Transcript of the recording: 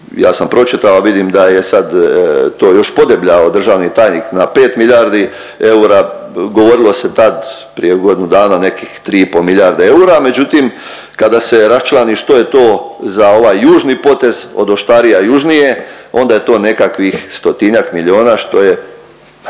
ja sam pročitao, a vidim da je sad to još podebljao državni tajnik na pet milijardi eura. Govorilo se tad prije godinu dana nekih tri i pol milijarde eura, međutim kada se raščlani što je to za ovaj južni potez od Oštarija južnije onda je to nekakvih stotinjak milijona što je